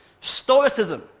stoicism